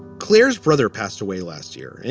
claire's brother passed away last year,